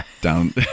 down